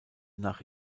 nach